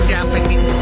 Japanese